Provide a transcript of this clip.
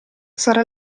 sarà